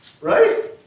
Right